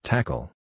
Tackle